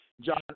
John